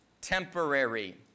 temporary